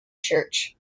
church